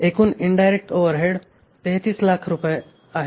एकूण indirect overhead 3300000 आहे